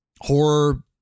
horror